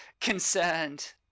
concerned